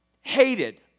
hated